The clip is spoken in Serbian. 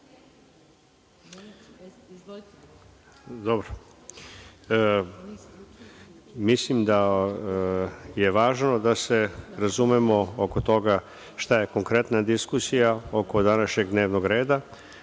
Mislim da je važno da se razumemo oko toga šta je konkretna diskusija oko današnjeg dnevnog reda,